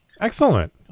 Excellent